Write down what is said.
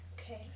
Okay